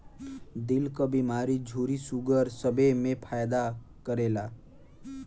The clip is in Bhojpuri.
दिल क बीमारी झुर्री सूगर सबे मे फायदा करेला